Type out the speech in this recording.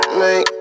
make